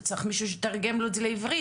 צריך מישהו שיתרגם לו את זה לעברית,